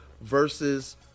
versus